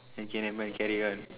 okay nevermind carry on